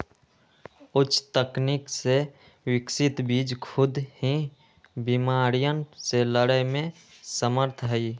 उच्च तकनीक से विकसित बीज खुद ही बिमारियन से लड़े में समर्थ हई